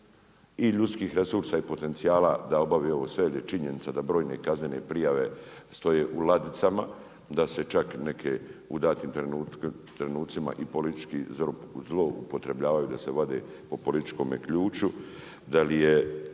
i ljudskih resursa i potencijala da obavi ovo sve, jer je činjenica da brojne kaznene prijave stoje u ladicama, da se čak neke u datim trenutcima i politički zloupotrebljavaju, da se vade po političkome ključu. Da li je